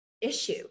issue